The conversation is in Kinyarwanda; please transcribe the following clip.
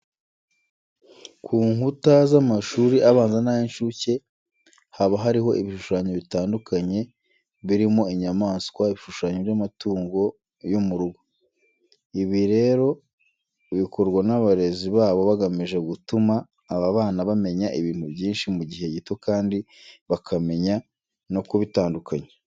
Ku nkuta z'amashuri abanza n'ay'incuke haba hariho ibishushanyo bitandukanye birimo inyamaswa, ibishushanyo by'amatungo yo mu rugo. Ibi rero bikorwa n'abarezi babo bagamije gutuma aba bana bamenya ibintu byinshi mu gihe gito kandi bakamenya no kubitandukanya.